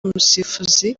umusifuzi